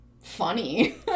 funny